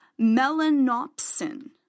melanopsin